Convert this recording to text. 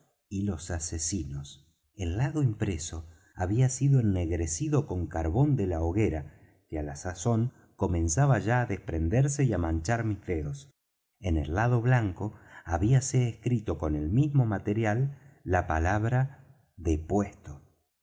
y los asesinos el lado impreso había sido ennegrecido con carbón de la hoguera que á la sazón comenzaba ya á desprenderse y á manchar mis dedos en el lado blanco habíase escrito con el mismo material la palabra depuesto